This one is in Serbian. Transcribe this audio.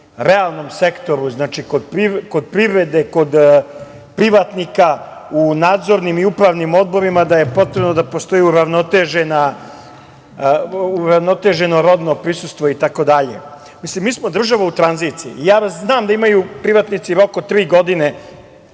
realnom sektoru, kod privrede, kod privatnika, u nadzornim i upravnim odborima da je potrebno da postoji uravnoteženo rodno prisustvo itd. Mi smo država u tranziciji i znam da imaju privatnici rok od tri godine